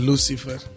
Lucifer